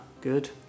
Good